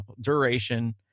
duration